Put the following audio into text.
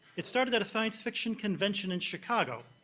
it started at a science fiction convention in chicago,